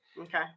Okay